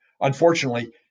Unfortunately